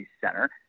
Center